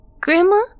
Grandma